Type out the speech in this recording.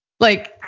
like,